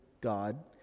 God